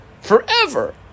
forever